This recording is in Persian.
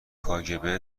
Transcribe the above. کاگب